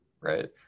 right